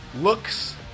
Looks